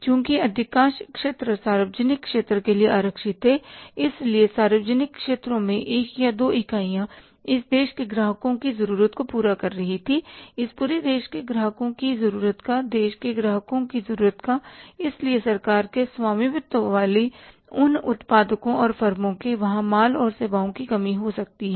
चूँकि अधिकांश क्षेत्र सार्वजनिक क्षेत्र के लिए आरक्षित थे इसलिए सार्वजनिक क्षेत्रों में एक या दो इकाइयाँ इस देश के ग्राहकों की जरूरत को पूरा कर रही थीं इस पूरे देश के ग्राहकों की जरूरत का देश के ग्राहकों की जरूरत का इसलिए सरकार के स्वामित्व वाले उन उत्पादकों और फर्मों के वहां माल और सेवाओं की कमी हो सकती है